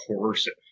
coercive